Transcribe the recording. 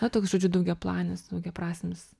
na toks žodžiu daugiaplanis daugiaprasmis